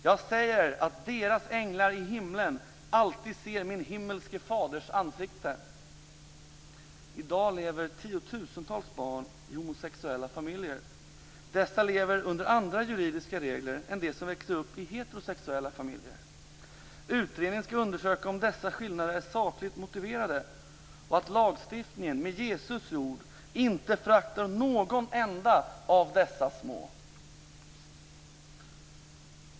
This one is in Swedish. Jag säger er att deras änglar i himlen alltid ser min himmelske Faders ansikte." I dag lever tiotusentals barn i homosexuella familjer. Dessa lever under andra juridiska regler än de som växer upp i heterosexuella familjer. Utredningen skall undersöka om dessa skillnader är sakligt motiverade och om lagstiftningen med Jesu ord "inte föraktar någon enda av dessa små".